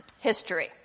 history